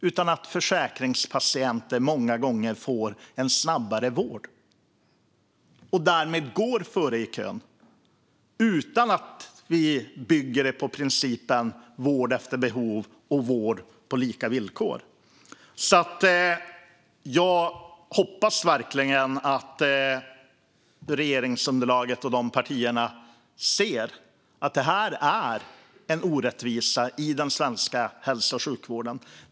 Däremot får de många gånger vård snabbare, och går därmed före i kön utan att det bygger på principen vård efter behov och vård på lika villkor. Jag hoppas verkligen att regeringsunderlagets partier ser att det här är en orättvisa i den svenska hälso och sjukvården.